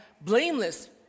Blameless